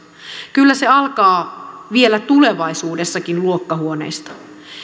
kyllä se alkaa vielä tulevaisuudessakin luokkahuoneesta